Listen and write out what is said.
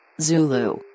Zulu